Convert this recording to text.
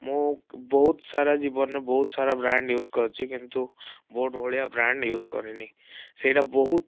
ମୁଁ ବହୁତସାରା ଜୀବନରେ ବହୁତସାରା ବ୍ରାଣ୍ଡ ୟୁଜ କରିଛି କିନ୍ତୁ ବୋଟ ଭଳିଆ ବ୍ରାଣ୍ଡ ୟୁଜ କରିନି ସେଇଟା ବହୁତ